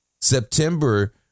September